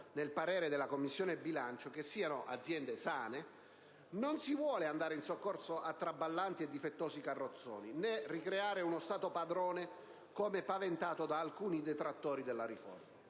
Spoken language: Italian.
nel parere della Commissione bilancio, che siano aziende sane, perché non si vuole andare in soccorso a traballanti e difettosi carrozzoni, né ricreare uno "Stato padrone", come paventato da alcuni detrattori della riforma.